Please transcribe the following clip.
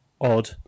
odd